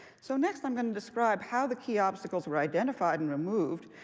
so next i'm going to describe how the key obstacles were identified and removed.